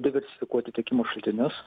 diversifikuoti tiekimo šaltinius